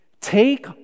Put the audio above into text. take